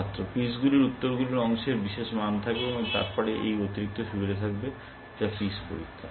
ছাত্র পিসগুলির উত্তরগুলির অংশের বিশেষ মান থাকবে এবং তারপর এবং অতিরিক্ত সুবিধা থাকবে যা পিস সুবিধা